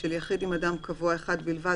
של יחיד עם אדם קבוע אחד בלבד,